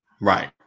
Right